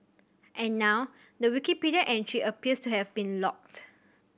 and now the Wikipedia entry appears to have been locked